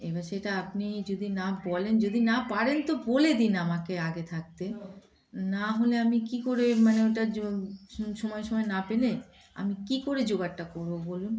এবার সেটা আপনি যদি না বলেন যদি না পারেন তো বলে দিন আমাকে আগে থাকতে না হলে আমি কী করে মানে ওটা সময় সময় না পেনে আমি কী করে জোগাড়টা করবো বলুন